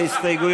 קארין אלהרר,